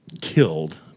killed